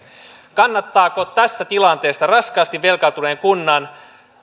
kannattaako tässä tilanteessa raskaasti velkaantuneen kunnan